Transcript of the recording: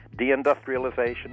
deindustrialization